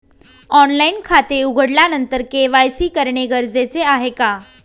Online खाते उघडल्यानंतर KYC करणे गरजेचे आहे का?